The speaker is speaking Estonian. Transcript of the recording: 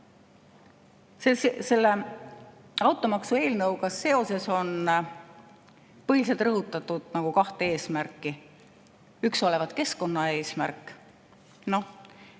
Selle automaksueelnõuga seoses on põhiliselt rõhutatud kahte eesmärki. Üks olevat keskkonnaeesmärk – noh,